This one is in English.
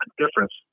difference